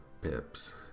pips